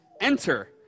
enter